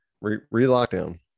re-lockdown